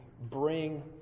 bring